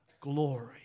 glory